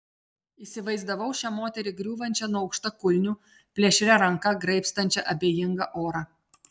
įsivaizdavau šią moterį griūvančią nuo aukštakulnių plėšria ranka graibstančią abejingą orą